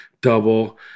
double